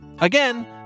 Again